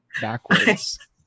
backwards